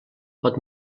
pot